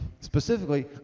specifically